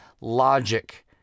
logic